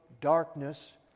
darkness